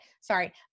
Sorry